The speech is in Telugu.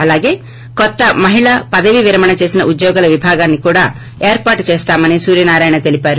అలాగే కొత్తగా మహిళా ప్రదవీ విరమణ చేసిన ఉద్యోగుల విభాగాన్ని కూడా ఏర్పాటు చేస్తామని సూర్యనారాయణ తెలిపారు